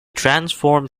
transformed